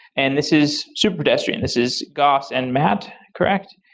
and this is superpedestrian. this is goss and matt, correct?